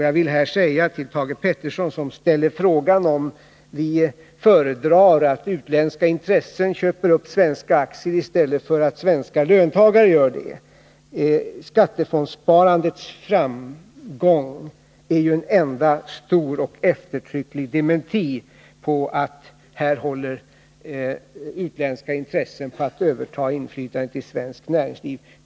Jag vill säga till Thage Peterson, som ställde frågan om vi föredrar att utländska intressen köper upp svenska aktier framför att svenska löntagare gör det, att skattefondssparandets framgång är en enda stor och eftertrycklig dementi av att utländska intressen håller på att överta inflytandet i svenskt näringsliv.